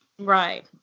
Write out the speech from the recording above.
Right